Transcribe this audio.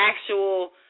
actual